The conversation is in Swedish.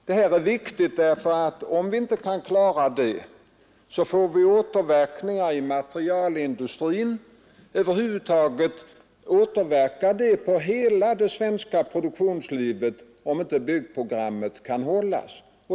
Detta är viktigt. Om vi inte kan klara byggprogrammet får vi återverkningar på materialindustrin och över huvud taget på hela det svenska produktionslivet.